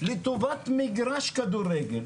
לטובת מגרש כדורגל.